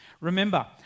remember